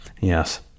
Yes